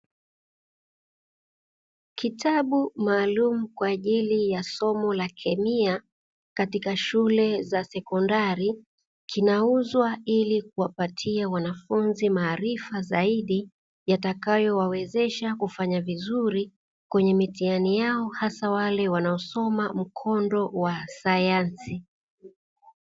Kitabu maalumu kwa ajili ya somo la kemia, katika shule za sekondari kinauzwa ili kuwapatia wanafunzi maarifa zaidi, yatayowawezesha kufanya vizuri kwenye mitihani yao hasa wale wanaosoma mkondo wa sayansi.